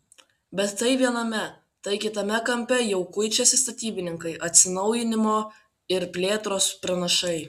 bet tai viename tai kitame kampe jau kuičiasi statybininkai atsinaujinimo ir plėtros pranašai